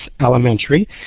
Elementary